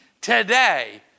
today